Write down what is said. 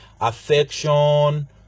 affection